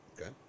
okay